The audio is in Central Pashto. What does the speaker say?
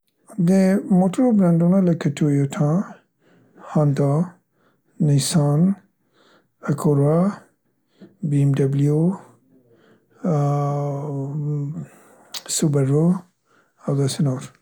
د موټرو برندونه لکه تویتا، هانډا، نیسان، (نوم واضح ندی) ، بی ام ډبلیو او، څ، سوبرو او داسې نور.